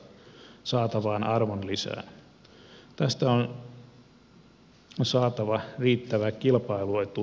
tästä on saatava riittävä kilpailuetu tulevaisuudessakin